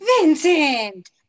Vincent